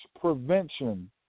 prevention